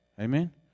Amen